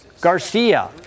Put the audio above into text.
Garcia